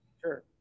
Sure